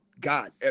God